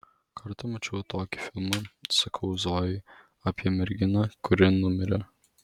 kartą mačiau tokį filmą sakau zojai apie merginą kuri numirė